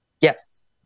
Yes